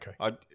Okay